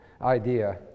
idea